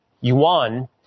yuan –